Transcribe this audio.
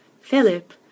Philip